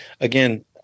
again